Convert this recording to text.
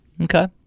okay